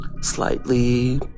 slightly